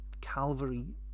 calvary